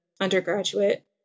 undergraduate